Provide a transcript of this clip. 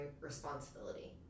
responsibility